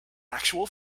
actual